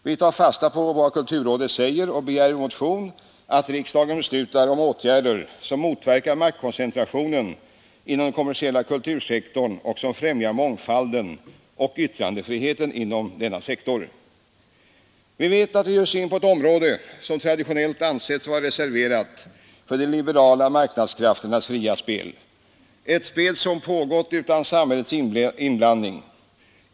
Vi tar fasta på vad kulturrådet säger och begär i vår motion att riksdagen beslutar om ”åtgärder som motverkar maktkoncentrationen inom den kommersiella kultursektorn och som främjar mångfalden och yttrandefriheten inom denna sektor”. Vi vet att vi nu ger oss in på ett område som traditionellt ansetts vara reserverat för de liberala marknadskrafternas fria spel. Ett spel som pågått utan samhällets inblandning.